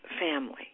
family